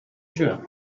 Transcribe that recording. juin